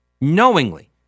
Knowingly